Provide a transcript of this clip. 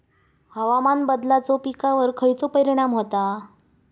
हवामान बदलाचो पिकावर खयचो परिणाम होता?